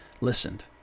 listened